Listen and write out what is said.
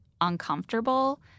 uncomfortable